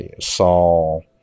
Saul